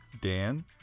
Dan